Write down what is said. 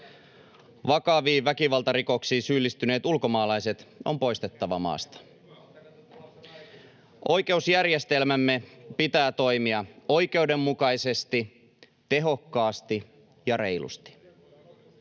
Vakaviin väkivaltarikoksiin syyllistyneet ulkomaalaiset on poistettava maasta. Oikeusjärjestelmämme pitää toimia oikeudenmukaisesti, tehokkaasti ja reilusti.